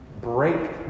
break